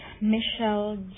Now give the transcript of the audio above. Michelle